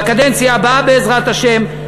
בקדנציה הבאה בעזרת השם.